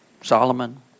Solomon